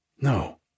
No